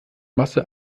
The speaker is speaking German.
masse